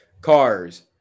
cars